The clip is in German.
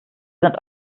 sind